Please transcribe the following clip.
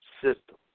system